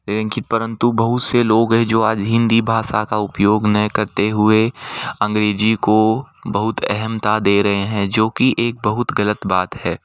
एं कि परंतु बहुत से लोग है जो आज हिंदी भाषा का उपयोग ना करते हुए अंग्रेज़ी को बहुत अहमियत दे रहे हैं जो कि एक बहुत ग़लत बात है